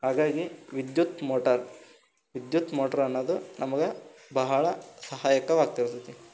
ಹಾಗಾಗಿ ವಿದ್ಯುತ್ ಮೋಟರ್ ವಿದ್ಯುತ್ ಮೋಟ್ರ್ ಅನ್ನೋದು ನಮ್ಗೆ ಬಹಳ ಸಹಾಯಕವಾಗ್ತ ಇರ್ತೈತೆ